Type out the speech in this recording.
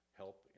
help